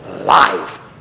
life